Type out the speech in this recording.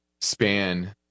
span